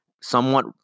somewhat